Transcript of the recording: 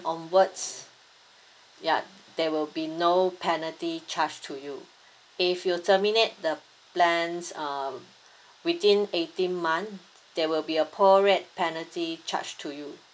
onwards ya there will be no penalty charge to you if you terminate the plan um within eighteen month there will be a prorate penalty charge to you